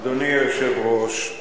אדוני היושב-ראש,